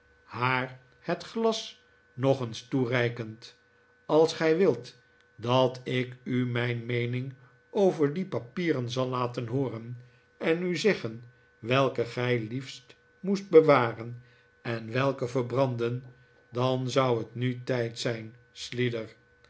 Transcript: haar het glas npg eens toereikend als gij wilt dat ik u mijn meening over die papieren zal laten hooren en u zeggen welke gij liefst moest bewaren en welke verbranden dan zou het nu tijd zijn slider